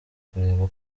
kureba